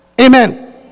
amen